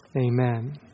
Amen